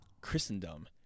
Christendom